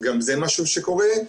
גם זה משהו שקורה.